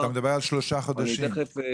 אני תכף --- אתה מדבר על שלושה חודשים, נכון?